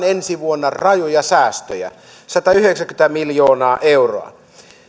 ensi vuonna rajuja säästöjä satayhdeksänkymmentä miljoonaa euroa